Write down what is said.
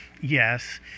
Yes